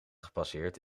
gepasseerd